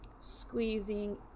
squeezing